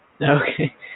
Okay